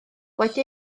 wedi